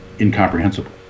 incomprehensible